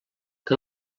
que